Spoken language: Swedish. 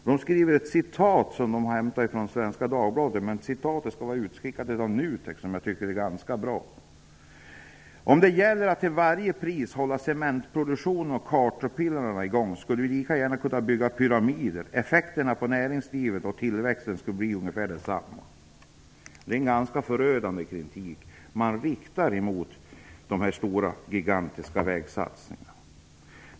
Man har ett citat från Svenska Dagbladet som jag tycker är ganska bra: ''Om det gällde att till varje pris hålla cementproduktionen och caterpillarna i gång skulle vi lika gärna kunna bygga pyramider, effekten på näringslivet och tillväxten skulle bli ungefär densamma.'' Det är en ganska förödande kritik som riktas mot de här gigantiska vägsatsningarna.